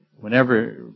Whenever